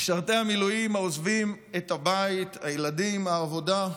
משרתי המילואים, העוזבים את הבית, הילדים, העבודה,